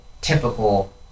typical